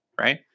right